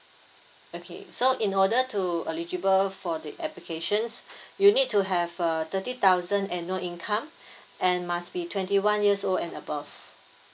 okay so in order to eligible for the applications you need to have a thirty thousand annual income and must be twenty one years old and above